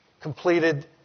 completed